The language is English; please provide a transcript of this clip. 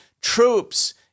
troops